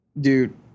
Dude